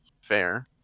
Fair